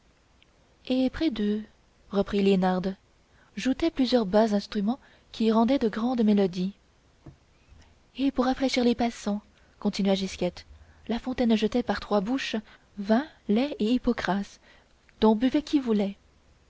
et près d'eux reprit liénarde joutaient plusieurs bas instruments qui rendaient de grandes mélodies et pour rafraîchir les passants continua gisquette la fontaine jetait par trois bouches vin lait et hypocras dont buvait qui voulait